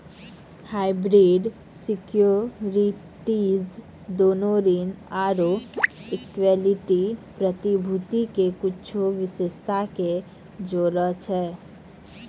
hybrid securities दोनो ऋण आरु इक्विटी प्रतिभूति के कुछो विशेषता के जोड़ै छै